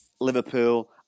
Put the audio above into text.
Liverpool